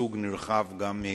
ייצוג נרחב גם של